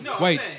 Wait